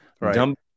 Right